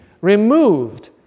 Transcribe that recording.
removed